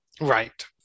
Right